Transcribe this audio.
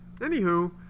Anywho